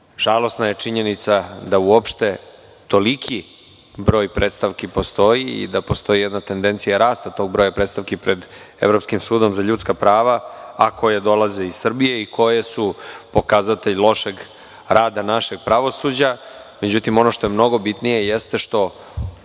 Žalosna je činjenica da uopšte toliki broj predstavki postoji i da postoji jedna tendencija rasta tog broja predstavki pred Evropskim sudom za ljudska prava, a koje dolaze iz Srbije i koje su pokazatelji lošeg rada našeg pravosuđa.Međutim, ono što je mnogo bitnije jeste što